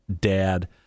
dad